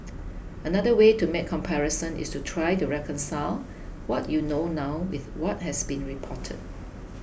another way to make comparisons is to try to reconcile what you know now with what has been reported